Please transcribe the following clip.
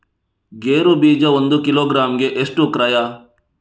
ಗೇರು ಬೀಜ ಒಂದು ಕಿಲೋಗ್ರಾಂ ಗೆ ಎಷ್ಟು ಕ್ರಯ?